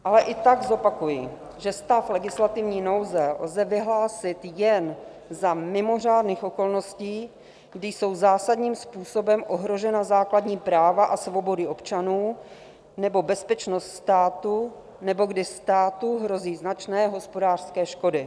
Ale i tak zopakuji, že stav legislativní nouze lze vyhlásit jen za mimořádných okolností, kdy jsou zásadním způsobem ohrožena základní práva a svobody občanů nebo bezpečnost státu nebo kdy státu hrozí značné hospodářské škody.